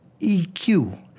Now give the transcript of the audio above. EQ